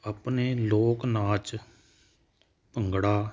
ਆਪਣੇ ਲੋਕ ਨਾਚ ਭੰਗੜਾ